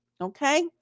Okay